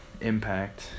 impact